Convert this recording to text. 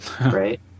right